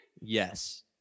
Yes